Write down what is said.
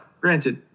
granted